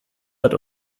hat